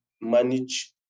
manage